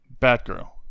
Batgirl